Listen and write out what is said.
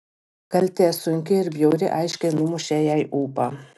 kaltė sunki ir bjauri aiškiai numušė jai ūpą